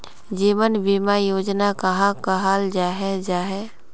जीवन बीमा योजना कहाक कहाल जाहा जाहा?